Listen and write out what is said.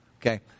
Okay